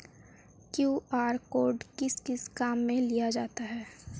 QR code किस किस काम में लिया जाता है?